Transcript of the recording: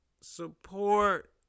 support